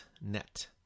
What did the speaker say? net